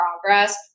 progress